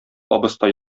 абыстай